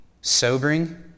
sobering